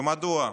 ומדוע?